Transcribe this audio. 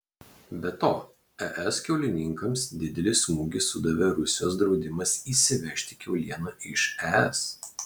be to es kiaulininkams didelį smūgį sudavė rusijos draudimas įsivežti kiaulieną iš es